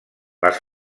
les